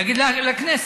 להגיד לכנסת,